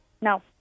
No